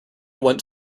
went